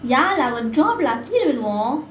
ya lah will drop lah கீழே விழுவோ:kizhae vizhuvo